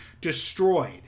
destroyed